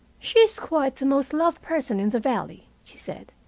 she is quite the most loved person in the valley, she said.